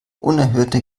unerhörte